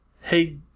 Hey